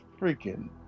Freaking